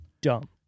dumb